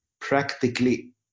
practically